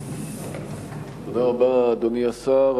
תודה רבה, אדוני השר.